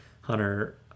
Hunter